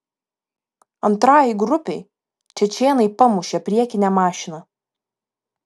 antrajai grupei čečėnai pamušė priekinę mašiną